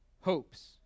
Hopes